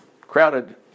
Crowded